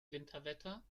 winterwetter